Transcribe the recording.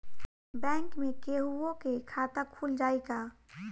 Bank में केहूओ के खाता खुल जाई का?